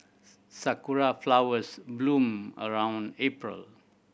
sakura flowers bloom around April